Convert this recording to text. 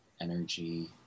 energy